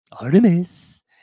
Artemis